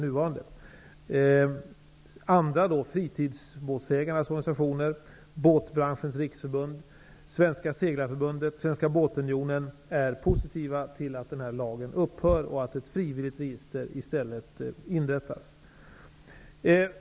Andra, såsom t.ex. fritidsbåtsägarnas organisationer, Båtbranschens riksförbund, Svenska seglarförbundet och Svenska båtunionen, är positiva till att denna lag upphör och att ett frivilligt register i stället inrättas.